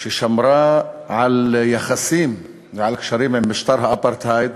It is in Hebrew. ששמרה על יחסים ועל קשרים עם משטר האפרטהייד